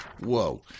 Whoa